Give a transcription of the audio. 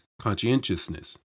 conscientiousness